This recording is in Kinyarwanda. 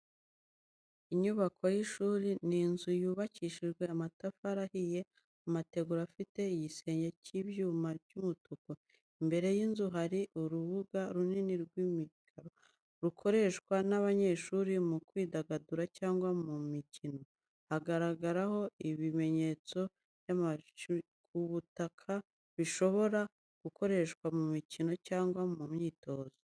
Inyubako y’ishuri. Ni inzu yubakishijwe amatafari ahiye, amategura afite igisenge cy’ibyuma by’umutuku. Imbere y’inzu hari urubuga runini rw’ikiraro, rukoreshwa n’abanyeshuri mu kwidagadura cyangwa mu mikino. Haragaragaraho ibimenyetso byashushanyijwe ku butaka bishobora gukoreshwa mu mikino cyangwa mu myitozo.